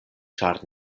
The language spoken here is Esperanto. ĉar